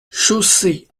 chaussée